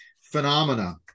phenomena